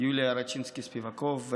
יוליה רצ'ינסקי ספיבקוב,